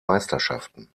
meisterschaften